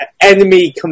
enemy